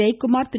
Jayakumar Thiru